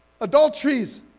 adulteries